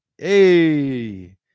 hey